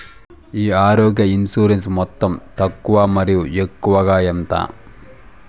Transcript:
ఈ ఆరోగ్య ఇన్సూరెన్సు మొత్తం తక్కువ మరియు ఎక్కువగా ఎంత?